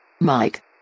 Mike